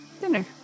dinner